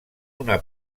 una